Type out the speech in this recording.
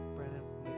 Brandon